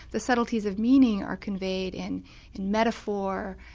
the subtleties of meaning are conveyed in in metaphor,